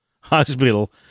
hospital